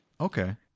Okay